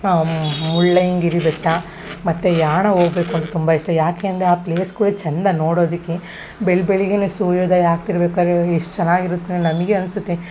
ಮುಳ್ಳಯ್ಯನಗಿರಿ ಬೆಟ್ಟ ಮತ್ತು ಯಾಣ ಹೋಗ್ಬೇಕು ಅಂತ ತುಂಬ ಇಷ್ಟ ಯಾಕೆ ಅಂದರೆ ಆ ಪ್ಲೇಸ್ಗಳೇ ಚಂದ ನೋಡೋದಕ್ಕೆ ಬೆಳ್ ಬೆಳ್ಗೆಯೇ ಸೂರ್ಯೋದಯ ಆಗ್ತಿರ್ಬೇಕಾದರೆ ಎಷ್ಟು ಚೆನ್ನಾಗಿರುತ್ತೆ ನಮಗೇ ಅನಿಸುತ್ತೆ